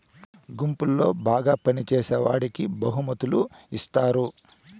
గుంపులో బాగా పని చేసేవాడికి బహుమతులు ఇత్తారు